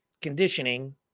conditioning